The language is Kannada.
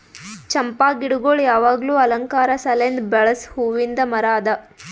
ಚಂಪಾ ಗಿಡಗೊಳ್ ಯಾವಾಗ್ಲೂ ಅಲಂಕಾರ ಸಲೆಂದ್ ಬೆಳಸ್ ಹೂವಿಂದ್ ಮರ ಅದಾ